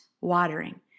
watering